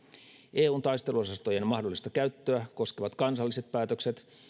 eun taisteluosastojen mahdollista käyttöä koskevat kansalliset päätökset